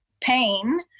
pain